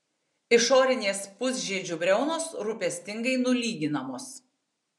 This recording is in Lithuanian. išorinės pusžiedžių briaunos rūpestingai nulyginamos